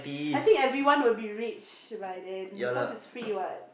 I think everyone will be rich by then because it's free what